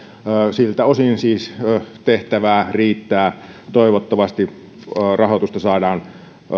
siltä osin siis tehtävää riittää toivottavasti rahoitusta saadaan